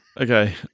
Okay